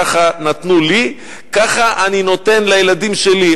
ככה נתנו לי, ככה אני נותן לילדים שלי.